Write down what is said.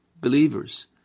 believers